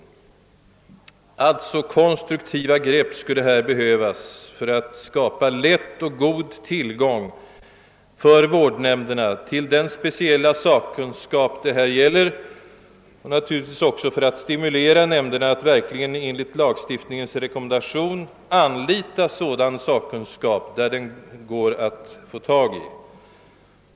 Här skulle behövas konstruktiva grepp för att skapa lätt och god tillgång för vårdnämnderna till den speciella sakkunskap det här gäller och naturligtvis också för att stimulera nämnderna att verkligen enligt lagstiftningens rekommendationer anvisa sådan sakkunskap, där den går att få tag i.